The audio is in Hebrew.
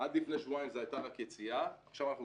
עד לפני שבועיים זו הייתה רק יציאה,